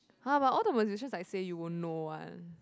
!huh! but all the musician I say you won't know one